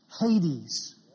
Hades